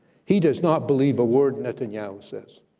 he does not believe a word netanyahu says.